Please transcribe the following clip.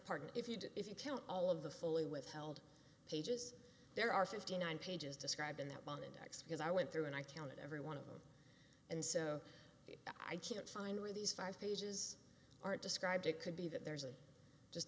partner if you do if you count all of the fully withheld pages there are fifty nine pages describing that one index because i went through and i counted every one of them and so if i can't find where these five pages are described it could be that there's a just